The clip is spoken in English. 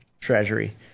treasury